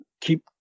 keep